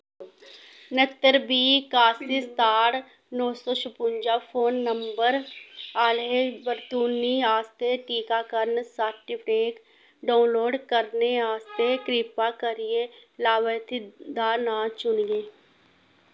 न्ह्त्तर बीह् कास्सी स्ताट नौ सौ शपुंजा फोन नंबर आह्ले बरतूनी आस्तै टीकाकरण सर्टिफिकेट डाउनलोड करने आस्तै कृपा करियै लाभार्थी दा नांऽ चुनिये